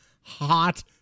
hot